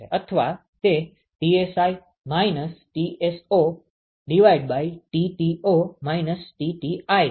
અથવા તે Tsi TsoTto Tti છે